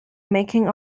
making